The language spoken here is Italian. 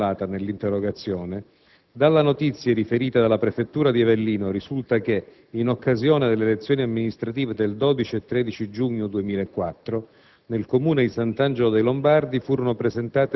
Quanto alla situazione specificatamente segnalata nell'interrogazione, dalle notizie riferite dalla prefettura di Avellino risulta che, in occasione delle elezioni amministrative del 12 e 13 giugno 2004,